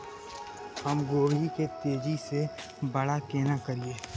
हम गोभी के तेजी से बड़ा केना करिए?